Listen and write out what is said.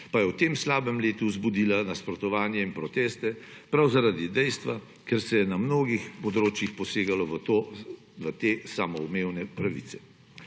pa je v tem slabem letu vzbudila nasprotovanje in proteste prav zaradi dejstva, ker se je na mnogih področjih posegalo v te samoumevne pravice.